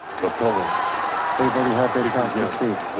a pill once they've already had their chance yeah to speak,